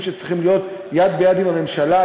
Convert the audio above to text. שצריכים להיעשות יד ביד עם הממשלה,